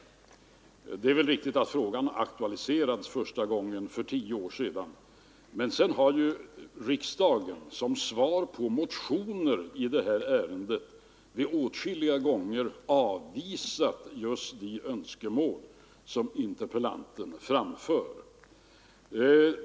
Det är väl riktigt att frågan aktualiserades första gången för tio år sedan, men sedan har ju riksdagen i samband med motioner i det här ärendet åtskilliga gånger avvisat just de önskemål som interpellanten framför.